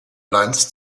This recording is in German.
lines